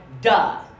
duh